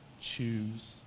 choose